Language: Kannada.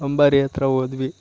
ಅಂಬಾರಿ ಹತ್ರ ಹೋದ್ವಿ